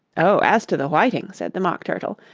oh, as to the whiting said the mock turtle,